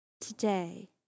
today